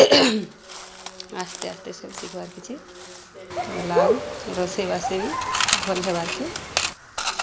ଆସ୍ତେ ଆସ୍ତେ ସବୁ ଶିଖ୍ବାର୍ କିଛି ପଡ଼୍ଲା ଆଉ ରୋଷେଇବାସ ବି ଭଲ୍ ହେବାକେ